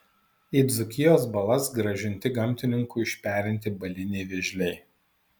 į dzūkijos balas grąžinti gamtininkų išperinti baliniai vėžliai